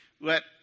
let